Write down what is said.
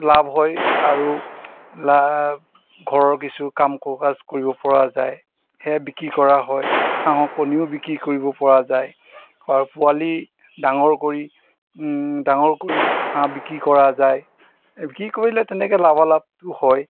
লাভ হয় আৰু লাভ ঘৰৰ কিছু কামকাজ কৰিবপৰা যায় সেয়াই বিক্ৰী কৰা হয় হাঁহক কণীও বিক্ৰী কৰিবপৰা যায় আৰু পোৱালি ডাঙৰ কৰি ডাঙৰ কৰি হাঁহ বিক্ৰী কৰা যায় বিক্ৰী কৰিলে তেনেকৈ লাভালাভটো হয়